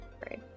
Great